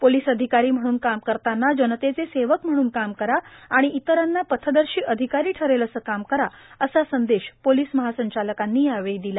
police अधिकारी म्हणून काम करताना जनतेचे सेवक म्हणून काम करा आणि इतरांना पथदर्शी अधिकारी ठरेल असं काम करा असा संदेश पोलीस महासंचालकांनी दिला